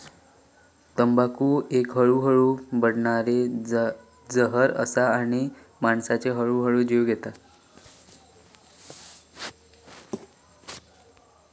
तंबाखू एक हळूहळू बादणारो जहर असा आणि तो माणसाचो हळूहळू जीव घेता